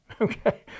Okay